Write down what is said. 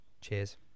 cheers